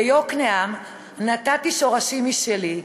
ביוקנעם נטעתי שורשים משלי,